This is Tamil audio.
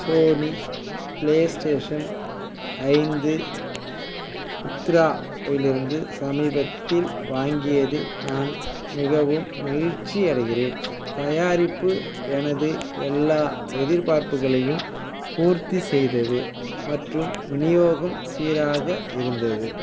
சோனி ப்ளேஸ்டேஷன் ஐந்து மித்ரா இலிருந்து சமீபத்தில் வாங்கியதில் நான் மிகவும் மகிழ்ச்சியடைகிறேன் தயாரிப்பு எனது எல்லா எதிர்பார்ப்புகளையும் பூர்த்தி செய்தது மற்றும் விநியோகம் சீராக இருந்தது